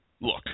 Look